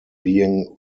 being